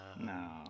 No